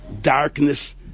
darkness